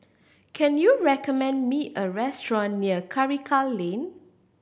can you recommend me a restaurant near Karikal Lane